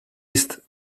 east